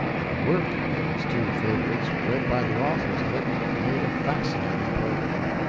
and the work of these two favorites read by the authors of it made a fascinating program.